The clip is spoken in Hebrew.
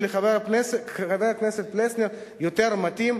יותר מתאים לחבר הכנסת פלסנר מהשותפים